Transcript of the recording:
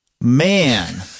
Man